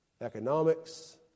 economics